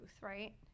right